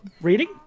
Reading